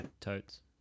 Totes